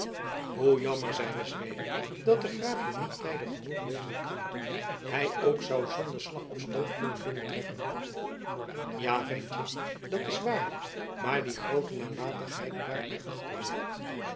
hoe jammer zeide zweder dat de graaf hier niet tijdig genoeg wezen kan hij ook zou zonder slag of stoot kunnen binnentrekken ja ventje dat is waar maar die groote nalatigheid baart mij achterdocht